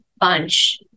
bunch